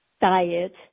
diet